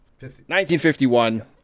1951